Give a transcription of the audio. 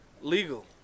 legal